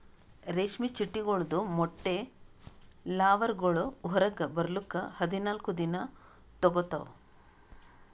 ರೇಷ್ಮೆ ಚಿಟ್ಟೆಗೊಳ್ದು ಮೊಟ್ಟೆ ಲಾರ್ವಾಗೊಳ್ ಹೊರಗ್ ಬರ್ಲುಕ್ ಹದಿನಾಲ್ಕು ದಿನ ತೋಗೋತಾವ್